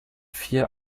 vier